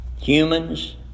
Humans